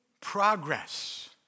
progress